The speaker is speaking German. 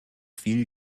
viel